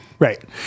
Right